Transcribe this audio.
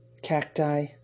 cacti